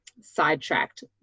sidetracked